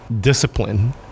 discipline